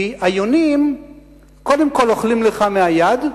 כי היונים קודם כול אוכלים לך מהיד,